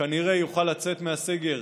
כנראה יוכל לצאת מהסגר,